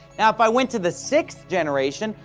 now if i went to the sixth generation,